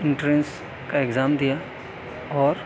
entrance کا exam دیا اور